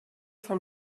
vom